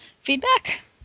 Feedback